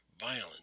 violence